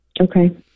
Okay